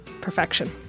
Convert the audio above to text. perfection